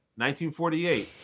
1948